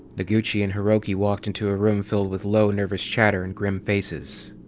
noguchi and hiroki walked into a room filled with low, nervous chatter and grim faces.